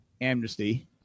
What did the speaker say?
amnesty